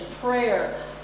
prayer